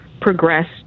progress